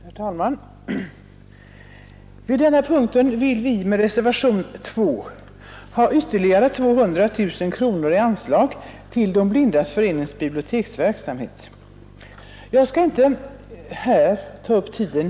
Herr talman! Vid denna punkt har jag i reservationen F 2 begärt att anslaget till De blindas förenings biblioteksverksamhet ökas med 200 000 kronor utöver vad som föreslås i statsverkspropositionen.